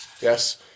Yes